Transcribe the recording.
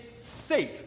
safe